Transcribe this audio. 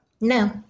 No